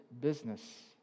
business